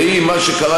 ראי מה שקרה,